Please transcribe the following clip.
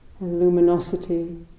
luminosity